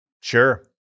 Sure